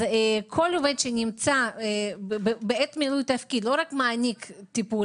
אז כל עובד בעת מילוי תפקיד לא רק מעניק טיפול